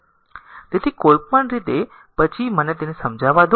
તેથી કોઈપણ રીતે પછી મને તેને સમજાવા દો